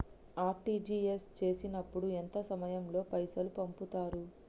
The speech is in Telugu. ఆర్.టి.జి.ఎస్ చేసినప్పుడు ఎంత సమయం లో పైసలు పంపుతరు?